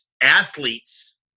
athletes